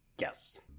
Yes